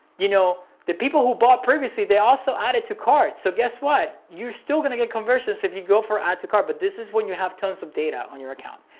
you know the people who bought previously, they also added to carts so guess what? you're still gonna get conversions if you go for add to cart, but this is when you have tons of data on your account.